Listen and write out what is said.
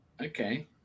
okay